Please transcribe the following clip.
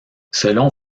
selon